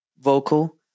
vocal